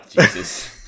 Jesus